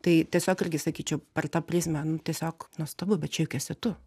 tai tiesiog irgi sakyčiau per tą prizmę nu tiesiog nuostabu bet čia juk esi tu